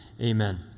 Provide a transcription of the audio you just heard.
Amen